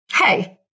hey